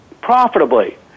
profitably